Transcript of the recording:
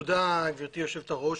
תודה, גברתי יושבת הראש.